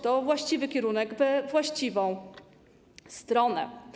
To właściwy kierunek, we właściwą stronę.